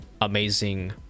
amazing